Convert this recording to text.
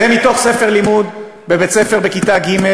זה מתוך ספר לימוד לכיתה ג'